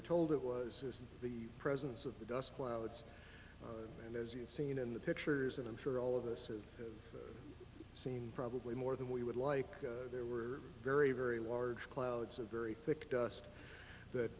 are told it was the presence of the dust clouds as you've seen in the pictures and i'm sure all of this has seen probably more than we would like there were very very large clouds of very thick dust that